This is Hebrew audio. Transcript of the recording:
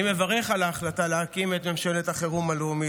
אני מברך על ההחלטה להקים את ממשלת החירום הלאומית,